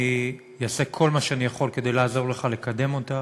ואעשה כל שביכולתי כדי לעזור לך לקדם אותה.